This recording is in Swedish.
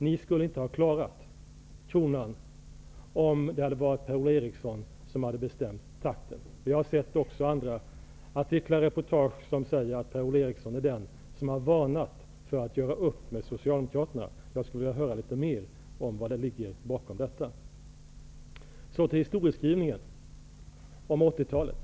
Vi skulle inte ha klarat kronan om det hade varit Per-Ola Eriksson som hade bestämt takten. Även av andra artiklar och reportage framgår att Per-Ola Eriksson är den som har varnat för att göra upp med Jag skulle vilja höra litet mer om vad som ligger bakom detta. Så till historieskrivningen om 80-talet!